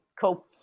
cool